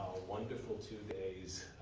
wonderful two days.